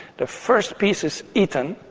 the first piece is eaten,